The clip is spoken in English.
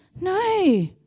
No